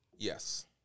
Yes